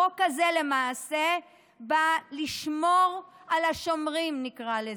החוק הזה, למעשה, בא לשמור על השומרים, נקרא לזה.